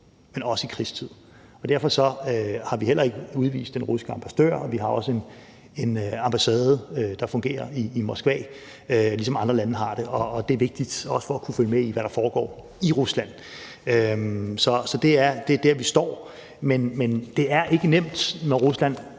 men også i krigstid. Derfor har vi heller ikke udvist den russiske ambassadør, og vi har også en ambassade, der fungerer, i Moskva, ligesom andre lande har det, og det er vigtigt, også for at kunne følge med i, hvad der foregår i Rusland. Så det er der, vi står. Men det er ikke nemt, når Rusland